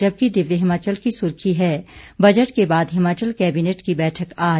जबकि दिव्य हिमाचल की सुर्खी है बजट के बाद हिमाचल कैबिनेट की बैठक आज